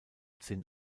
zinn